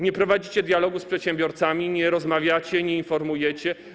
Nie prowadzicie dialogu z przedsiębiorcami, nie rozmawiacie, nie informujecie.